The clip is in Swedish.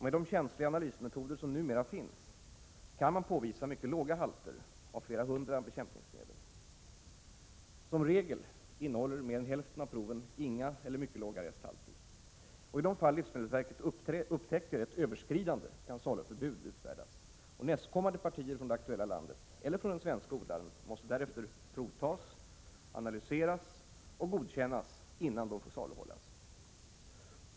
Med de känsliga analysmetoder som numera finns, kan man påvisa mycket låga halter av flera hundra bekämpningsmedel. Som regel innehåller mer än hälften av proven inga eller mycket låga resthalter. I de fall livsmedelsverket upptäcker ett överskridande kan saluförbud utfärdas. Nästkommande partier från det aktuella landet eller den svenske odlaren måste därefter provtas, analyseras och godkännas innan de får saluhållas.